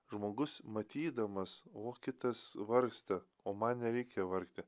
žmogus matydamas o kitas vargsta o man nereikia vargti